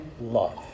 love